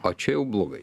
o čia jau blogai